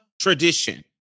tradition